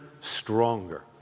stronger